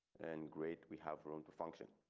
and great. we have room to function.